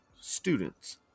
students